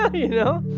um you know?